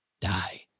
die